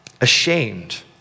ashamed